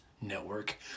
network